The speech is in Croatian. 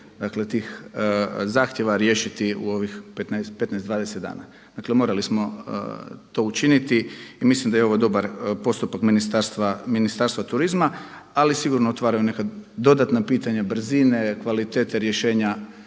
tih zahtjeva riješiti u ovih 15, 20 dana. Dakle, morali smo to učiniti i mislim da je ovo dobar postupak Ministarstva turizma, ali sigurno otvaraju neka dodatna pitanja brzine, kvalitete rješavanja